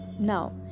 Now